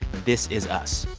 this is us,